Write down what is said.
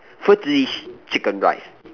first dish chicken rice